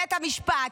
בבית המשפט.